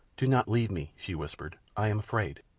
do not leave me, she whispered. i am afraid.